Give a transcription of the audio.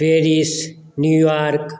Paris New York